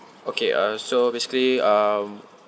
okay uh so basically um